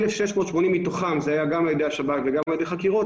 1,680 מתוכם זה היה גם על ידי השב"כ וגם על ידי חקירות,